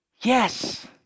yes